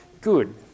good